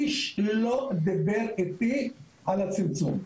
איש לא דיבר איתי על הצמצום,